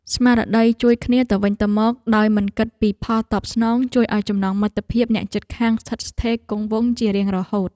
ស្មារតីជួយគ្នាទៅវិញទៅមកដោយមិនគិតពីផលតបស្នងជួយឱ្យចំណងមិត្តភាពអ្នកជិតខាងស្ថិតស្ថេរគង់វង្សជារៀងរហូត។